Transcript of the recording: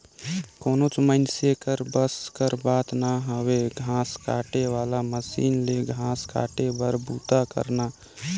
कोनोच मइनसे कर बस कर बात ना हवे घांस काटे वाला मसीन ले घांस काटे कर बूता करना